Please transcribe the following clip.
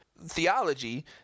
theology